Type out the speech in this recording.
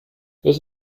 this